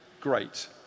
great